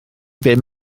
bum